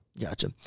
Gotcha